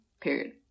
Period